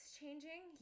changing